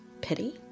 pity